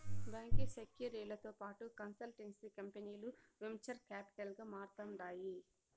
బాంకీ సెక్యూరీలతో పాటు కన్సల్టెన్సీ కంపనీలు వెంచర్ కాపిటల్ గా మారతాండాయి